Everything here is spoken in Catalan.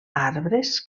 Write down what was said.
arbres